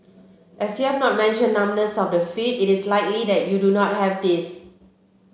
as you have not mentioned numbness of the feet it is likely that you do not have this